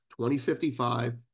2055